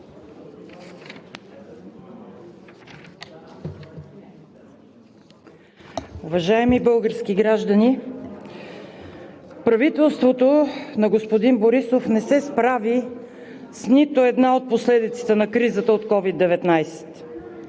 Уважаеми български граждани, правителството на господин Борисов не се справи с нито една от последиците на кризата от COVID-19